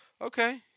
okay